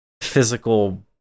physical